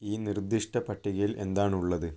ഈ നിർദ്ദിഷ്ട പട്ടികയിൽ എന്താണുള്ളത്